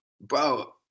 bro